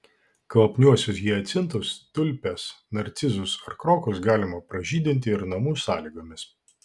kvapniuosius hiacintus tulpės narcizus ar krokus galima pražydinti ir namų sąlygomis